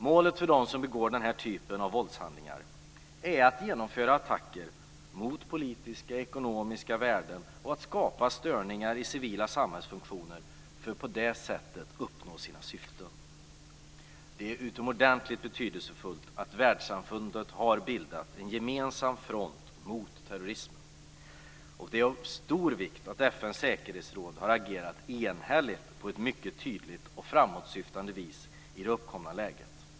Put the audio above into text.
Målet för dem som begår den här typen av våldshandlingar är att genomföra attacker mot politiska och ekonomiska värden och att skapa störningar i civila samhällsfunktioner för att på det sättet uppnå sina syften. Det är utomordentligt betydelsefullt att världssamfundet har bildat en gemensam front mot terrorismen. Det är av stor vikt att FN:s säkerhetsråd har agerat enhälligt på ett mycket tydligt och framåtsyftande vis i det uppkomna läget.